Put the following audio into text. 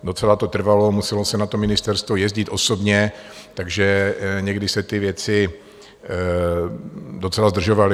Docela to trvalo, muselo se na ministerstvo jezdit osobně, takže někdy se ty věci docela zdržovaly.